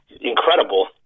incredible